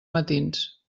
matins